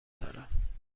دارم